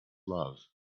love